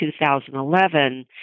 2011